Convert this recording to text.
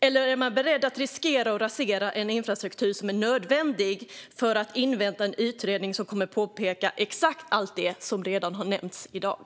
Eller är man beredd att riskera att rasera en infrastruktur som är nödvändig för att invänta en utredning som kommer att påpeka exakt allt det som redan har nämnts i dag?